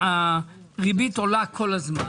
הריבית עולה כל הזמן.